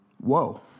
Whoa